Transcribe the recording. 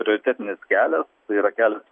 prioritetinis kelias tai yra kelias